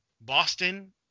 Boston